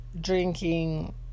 drinking